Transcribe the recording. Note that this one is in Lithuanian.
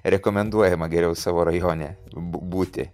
rekomenduojama geriau savo rajone bu būti